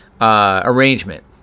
arrangement